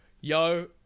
Yo